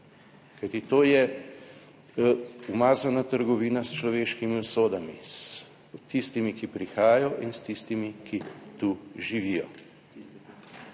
(nadaljevanje) umazana trgovina s človeškimi usodami, s tistimi, ki prihajajo in s tistimi, ki tu živijo.